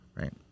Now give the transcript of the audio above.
right